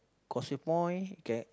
Causeway-Point can